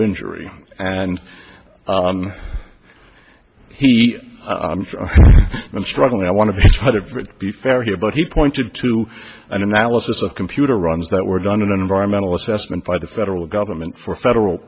injury and he was struggling i want to try to be fair here but he pointed to an analysis of computer runs that were done in an environmental assessment by the federal government for federal